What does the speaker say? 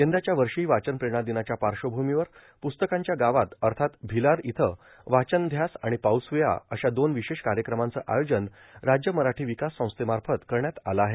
यंदाच्या वर्षाहो वाचन प्रेरणा दिनाच्या पाश्वभूमीवर प्रस्तकांच्या गावात अथात भिलार इथं वाचनध्यास आर्गाण पाऊसवेळा अशा दोन विशेष कायक्रमांचं आयोजन राज्य मराठो र्वकास संस्थेमार्फत करण्यात आलं आहे